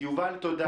יובל, תודה.